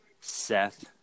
Seth